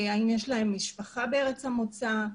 האם יש להם משפחה בארץ המוצא,